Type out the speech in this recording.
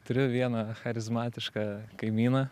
turiu vieną charizmatišką kaimyną